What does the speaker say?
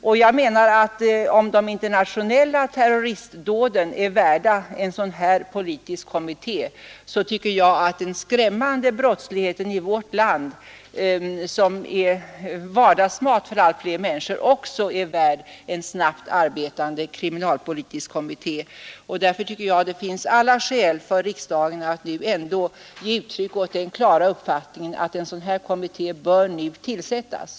Om de internationella terroristdåden är värda en sådan politisk kommitté, tycker jag att också den skrämmande brottsligheten i vårt land, som är vardagsmat för allt fler människor, är värd en snabbt arbetande kriminalpolitisk kommitté. Jag tycker därför att det finns alla skäl för riksdagen att ändå ge uttryck åt den klara uppfattningen att en sådan kommitté nu bör tillsättas.